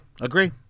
agree